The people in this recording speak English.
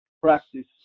practice